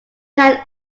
tan